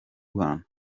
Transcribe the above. rwanda